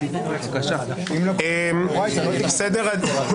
הצעה לסדר.